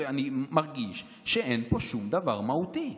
ואני מרגיש שאין פה שום דבר מהותי.